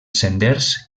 senders